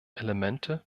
elemente